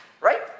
Right